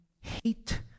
hate